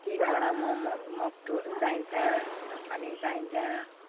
तिनवटा मम मक्टुहरू चाहिन्छ ढकनी चाहिन्छ